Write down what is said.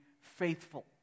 faithful